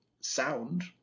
sound